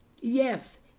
Yes